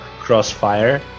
crossfire